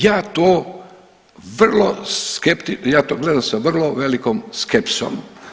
Ja to vrlo, ja to gledam sa vrlo velikom skepsom.